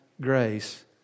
grace